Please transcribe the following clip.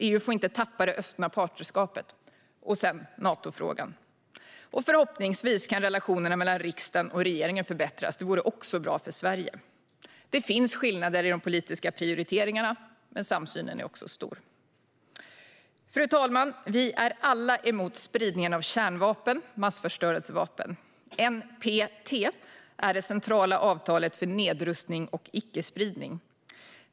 EU får inte tappa det östliga partnerskapet. Natofrågan. Förhoppningsvis kan relationerna mellan riksdagen och regeringen förbättras. Det vore bra för Sverige. Det finns skillnader i de politiska prioriteringarna, men samsynen är också stor. Fru talman! Vi är alla emot spridningen av kärnvapen och massförstörelsevapen. NPT är det centrala avtalet för nedrustning och icke-spridning.